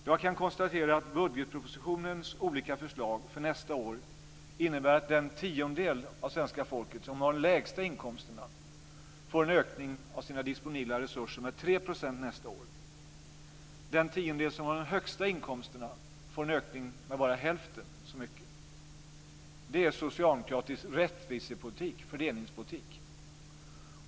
Jag kan konstatera att budgetpropositionens olika förslag för nästa år innebär att den tiondel av svenska folket som har de lägsta inkomsterna får en ökning av sina disponibla resurser med 3 % nästa år. Den tiondel som har de högsta inkomsterna får en ökning med bara hälften så mycket. Det är socialdemokratisk fördelningspolitik.